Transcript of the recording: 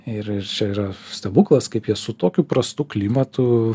ir ir čia yra stebuklas kaip jie su tokiu prastu klimatu